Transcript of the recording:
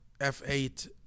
F8